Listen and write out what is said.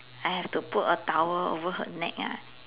I have to put a towel over her neck lah